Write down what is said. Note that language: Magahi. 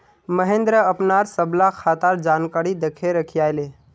महेंद्र अपनार सबला खातार जानकारी दखे रखयाले